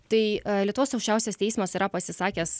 tai lietuvos aukščiausias teismas yra pasisakęs